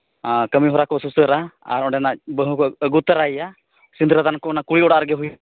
ᱟᱨ ᱠᱟᱹᱢᱤᱦᱚᱨᱟ ᱠᱚ ᱥᱩᱥᱟᱹᱨᱟ ᱟᱨ ᱚᱸᱰᱮᱱᱟᱜ ᱵᱟᱹᱦᱩ ᱠᱚ ᱟᱹᱜᱩ ᱛᱚᱨᱟᱭᱮᱭᱟ ᱥᱤᱸᱫᱽᱨᱟᱹ ᱫᱟᱱ ᱠᱚ ᱚᱱᱟ ᱠᱚ ᱠᱩᱲᱤ ᱚᱲᱟᱜ ᱨᱮᱜᱮ ᱦᱩᱭᱩᱜᱼᱟ